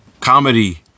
Comedy